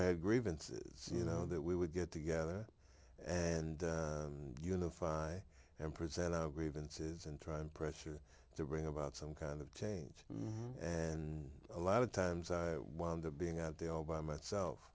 had grievances you know that we would get together and unify and present our grievances and try and pressure to bring about some kind of change and a lot of times i want to being out there all by myself